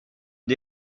des